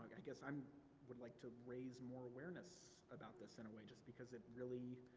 i guess i um would like to raise more awareness about this in a way just because it really,